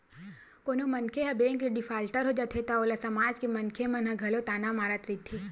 कोनो मनखे ह बेंक ले डिफाल्टर हो जाथे त ओला समाज के मनखे मन ह घलो ताना मारत रहिथे